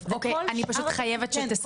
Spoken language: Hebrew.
אני חייבת שתסכמי.